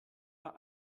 war